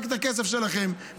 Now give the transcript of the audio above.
רק את הכסף שלכם.